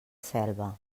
selva